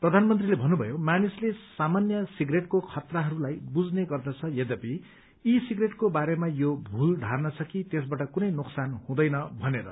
प्रधानमन्त्रीले भन्नुभयो मानिसले सामान्य सिग्रेटको खतराहरूलाई बुझ्ने गर्छन् यद्यपि ई सिगरेटको बारेमा यो भूल थारणा छ कि त्यसबाट कुनै नोकसान हुँदैन भनेर